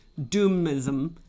doomism